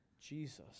Jesus